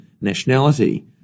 nationality